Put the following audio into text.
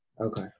Okay